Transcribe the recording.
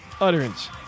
utterance